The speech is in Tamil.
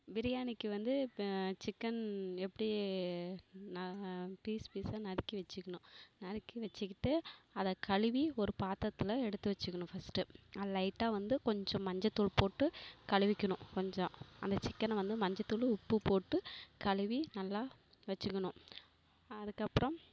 பிரியாணிக்கு வந்து இப்போ சிக்கென் எப்படி நான் பீஸ் பீஸாக நறுக்கி வச்சுக்கணும் நறுக்கி வச்சிக்கிட்டு அதை கழுவி ஒரு பாத்திரத்தில் எடுத்து வச்சிக்கணும் ஃபஸ்ட்டு அதை லைட்டாக வந்து கொஞ்சம் மஞ்சத்தூள் போட்டு கழுவிக்கணும் கொஞ்சம் அந்த சிக்கெனை வந்து மஞ்சத்தூளு உப்பு போட்டு கழுவி நல்லா வச்சிக்கணும் அதுக்கு அப்புறம்